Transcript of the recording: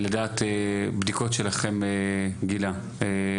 לדעת בדיקות שלכם גילה.